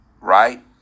right